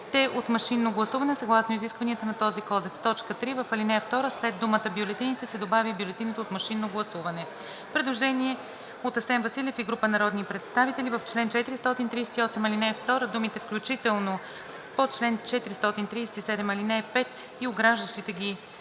от машинно гласуване съгласно изискванията на този кодекс.“ 3. В ал. 2 след думата „Бюлетините“ се добавя „и бюлетините от машинно гласуване“.“ Предложение от Асен Василев и група народни представители: „В чл. 438, ал. 2 думите „включително по чл. 437, ал. 5“ и ограждащите ги